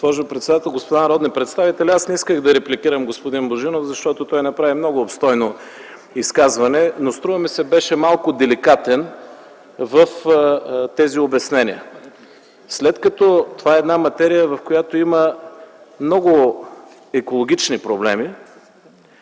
Госпожо председател, господа народни представители! Аз не исках да репликирам господин Божинов, защото той направи много обстойно изказване, но струва ми се, че беше малко деликатен в тези обяснения. След като това е една материя, в която има много екологични проблеми,